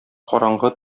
караңгы